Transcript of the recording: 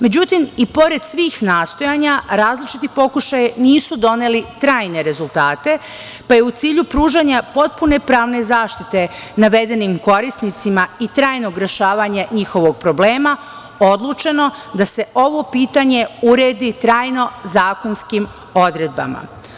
Međutim, i pored svih nastojanja, različiti pokušaji nisu doneli trajne rezultate, pa je u cilju pružanja potpune pravne zaštite navedenim korisnicima i trajnog rešavanja njihovog problema, odlučeno da se ovo pitanje uredi trajno zakonskim odredbama.